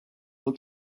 will